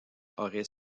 auraient